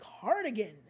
Cardigan